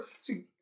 See